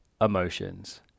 emotions